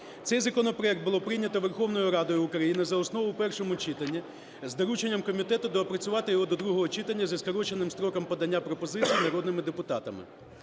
Цей законопроект було прийнято Верховною Радою України за основу в першому читанні з дорученням комітету доопрацювати його до другого читання зі скороченим строком подання пропозицій народними депутатами.